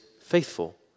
faithful